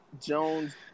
Jones